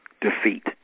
defeat